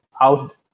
out